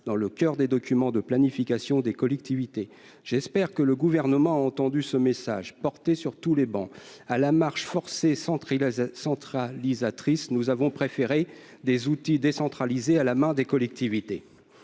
dans le coeur des documents de planification des collectivités. J'espère que le Gouvernement a entendu ce message, porté sur toutes les travées. À la marche forcée centralisatrice, nous avons préféré des outils décentralisés à la main des collectivités.